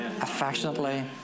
affectionately